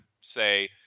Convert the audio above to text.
say